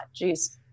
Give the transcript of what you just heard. Jeez